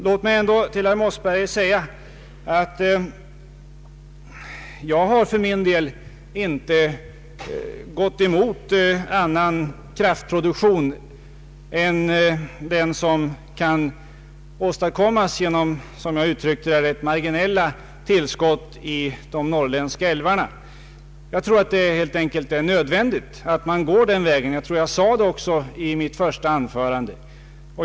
Låt mig till herr Mossberger ändå säga att jag har för min del inte gått emot annan form av el-kraftproduktion. Vattenkraften i de norrländska älvarna kan, som jag uttrycker det, endast ge marginella tillskott. Det är därför helt enkelt nödvändigt att gå den andra vägen, alltså att satsa på atomkraftverk och värmekraftverk.